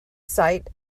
sight